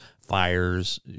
fires